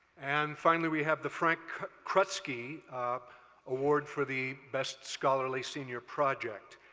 and finally we have the frank krutzke award for the best scholarly senior project.